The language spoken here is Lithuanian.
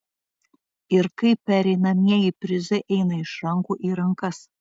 ir kaip pereinamieji prizai eina iš rankų į rankas